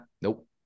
nope